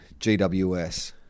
GWS